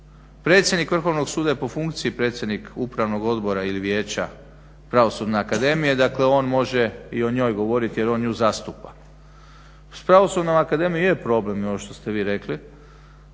Predsjednik Vrhovnog suda je po funkciji predsjednik Upravnog odbora ili Vijeća Pravosudne akademije. Dakle, on može i o njoj govoriti jer on nju zastupa. S Pravosudnom akademijom je problem i ono što ste vi rekli.